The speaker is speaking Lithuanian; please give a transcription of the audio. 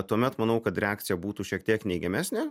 tuomet manau kad reakcija būtų šiek tiek neigiamesnė